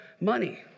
money